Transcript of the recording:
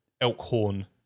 Elkhorn